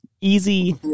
easy